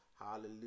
hallelujah